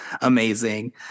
amazing